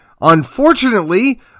Unfortunately